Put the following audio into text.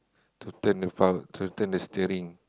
to turn the to turn the steering